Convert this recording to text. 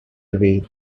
away